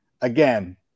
again